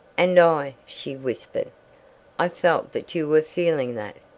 and i, she whispered i felt that you were feeling that.